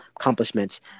accomplishments